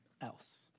else